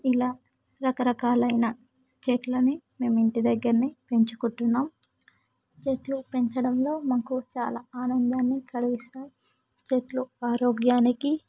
ఇలా రకరకాలైన చెట్లని మేం ఇంటి దగ్గరనే పెంచుకుంటున్నాం చెట్లు పెంచడంలో మాకు చాలా ఆనందాన్ని కలిగిస్తాయి చెట్లు ఆరోగ్యానికి